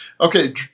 Okay